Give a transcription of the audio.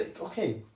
Okay